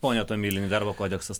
pone tomilinai darbo kodeksas